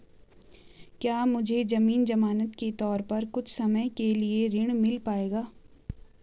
क्या मुझे ज़मीन ज़मानत के तौर पर कुछ समय के लिए ऋण मिल पाएगा?